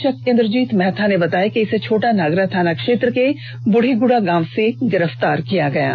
police अधीक्षक इंद्रजीत महथा ने बताया कि इसे छोटा नागरा थाना क्षेत्र के बुढ़ी गुड़ा गांव से गिरफ्तार किया गया है